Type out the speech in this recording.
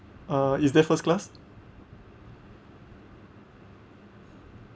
uh is there first class